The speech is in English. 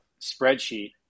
spreadsheet